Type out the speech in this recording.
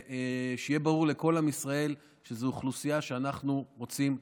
שיהיה ברור לכל עם ישראל שזאת אוכלוסייה שאנחנו רוצים לחזק,